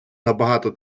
набагато